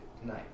tonight